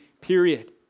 period